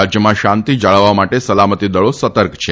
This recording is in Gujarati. રાજ્યમાં શાંતિ જાળવવા માટે સલામતી દળો સતર્ક છે